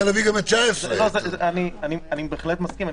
להביא גם את דוח 2019. אני בהחלט מסכים.